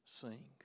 sing